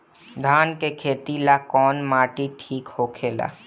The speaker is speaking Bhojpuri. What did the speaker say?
धान के खेती ला कौन माटी ठीक होखेला?